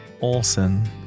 Olson